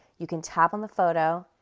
you can tap on the photo,